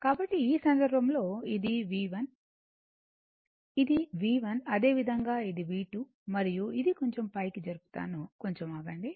కాబట్టి ఈ సందర్భంలో ఇది V1 ఇది V1 అదేవిధంగా ఇదిV2 మరియు ఇది కొంచెం పైకి జరుపుతాను కొంచెం ఆగండి